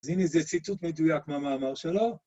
אז הנה זה ציטוט מדויק מהמאמר שלו.